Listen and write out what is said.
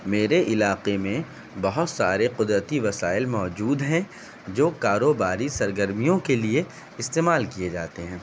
میرے علاقے میں بہت سارے قدرتی وسائل موجود ہیں جو کاروباری سرگرمیوں کے لیے استعمال کیے جاتے ہیں